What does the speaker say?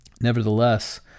Nevertheless